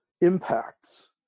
impacts